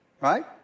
right